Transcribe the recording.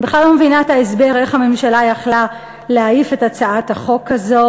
אני בכלל לא מבינה את ההסבר איך הממשלה יכלה להעיף את הצעת החוק הזאת,